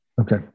Okay